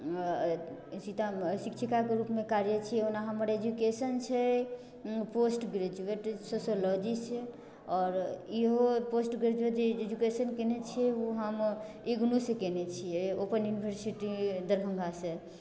शिक्षिकाके रूपमे कार्यरत छियै ओना हमर एजुकेशन छै पोस्ट ग्रेजुएट सोशियोलॉजी से आओर ईहो पोस्ट ग्रेजुएट जे एजुकेशन कयने छियै ओ हम ईगनू से कयने छियै ओपन यूनिवर्सिटी दरभङ्गा से